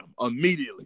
immediately